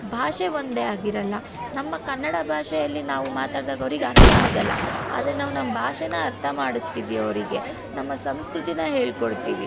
ಭಾಷೆ ಒಂದೇ ಆಗಿರೋಲ್ಲ ನಮ್ಮ ಕನ್ನಡ ಭಾಷೆಯಲ್ಲಿ ನಾವು ಮಾತಾಡಿದಾಗ ಅವ್ರಿಗೆ ಅರ್ಥ ಆಗೋಲ್ಲ ಆದರೆ ನಾವು ನಮ್ಮ ಭಾಷೆಯ ಅರ್ಥ ಮಾಡಿಸ್ತೀವಿ ಅವರಿಗೆ ನಮ್ಮ ಸಂಸ್ಕೃತಿ ಹೇಳ್ಕೊಡ್ತೀವಿ